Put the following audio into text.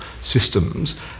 systems